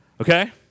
Okay